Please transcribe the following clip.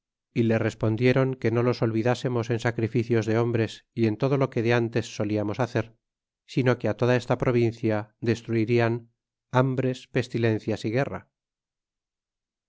y le respondiéron que no los olvidásemos en sacrificios de hombres y en todo lo que de fletes sonamos hacer sino que á toda esta provincia destruirian hambres pestilencias y guerra